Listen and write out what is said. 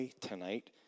tonight